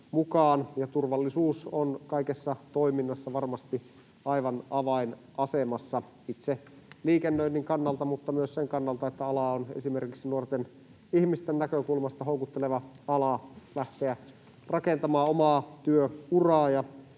turvallisuus on kaikessa toiminnassa varmasti aivan avainasemassa itse liikennöinnin kannalta mutta myös sen kannalta, että ala on esimerkiksi nuorten ihmisten näkökulmasta houkutteleva ala lähteä rakentamaan omaa työ-uraa